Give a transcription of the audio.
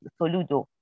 Soludo